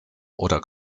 oder